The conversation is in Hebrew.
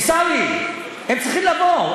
עיסאווי, הם צריכים לבוא.